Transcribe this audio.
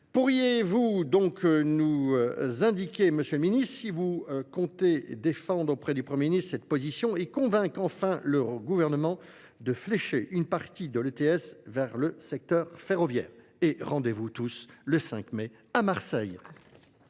Pourriez-vous donc nous indiquer, monsieur le ministre, si vous comptez défendre auprès du Premier ministre cette position et convainc enfin le gouvernement de flécher une partie de l'ETS vers le secteur ferroviaire ? Et rendez-vous tous le 5 mai à Marseille.